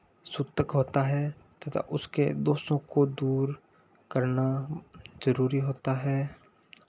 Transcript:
सूतक होता है तथा उसके दोषों को दूर करना जरूरी होता है